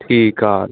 ठीकु आहे